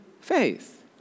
faith